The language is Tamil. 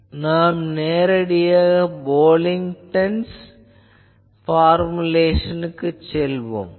ஆகவே நாம் நேரடியாக போக்லின்க்டன்'ஸ் பார்முலேஷனுக்குச் செல்வோம்